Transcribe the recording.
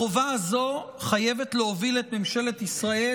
החובה הזו חייבת להוביל את ממשלת ישראל